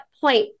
point